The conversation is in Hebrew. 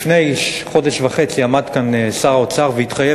לפני חודש וחצי עמד כאן שר האוצר והתחייב